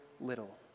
little